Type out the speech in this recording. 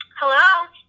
Hello